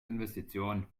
investition